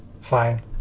fine